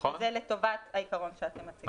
וזה לטובת העיקרון שאתם מציגים.